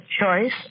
choice